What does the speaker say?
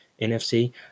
NFC